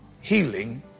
healing